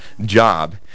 job